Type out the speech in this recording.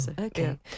okay